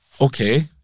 Okay